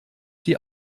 die